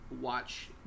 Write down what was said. watch